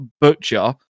butcher